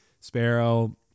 Sparrow